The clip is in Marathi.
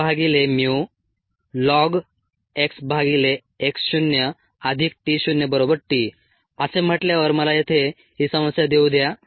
1ln xx0t0t असे म्हटल्यावर मला येथे ही समस्या देऊ द्या